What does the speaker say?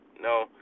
No